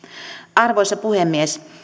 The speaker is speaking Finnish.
arvoisa puhemies